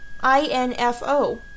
i-n-f-o